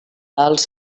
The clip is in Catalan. els